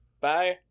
Bye